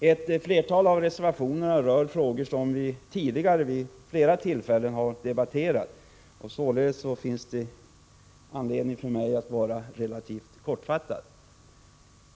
Ett flertal av reservationerna rör frågor som vi tidigare vid åtskilliga tillfällen har debatterat, och således finns det anledning för mig att vara relativt kortfattad.